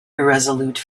irresolute